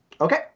Okay